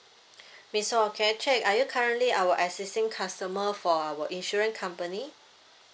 miss ho can I check are you currently our existing customer for our insurance company